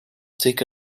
take